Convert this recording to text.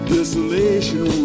Desolation